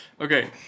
okay